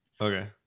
okay